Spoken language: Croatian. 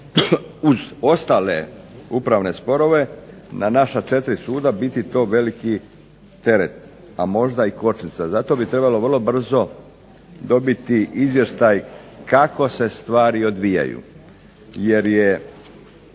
uz ostale upravne sporove na naša četiri suda to biti veliki teret a možda i kočnica, zato bi trebalo vrlo brzo dobiti izvještaj kako se stvari odvijaju. Jer je